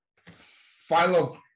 Philo